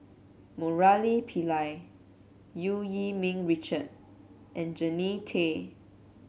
Murali Pillai Eu Yee Ming Richard and Jannie Tay